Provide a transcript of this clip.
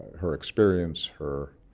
her experience, her